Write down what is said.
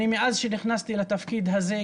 אני מאז שנכנסתי לתפקיד הזה,